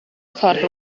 ffordd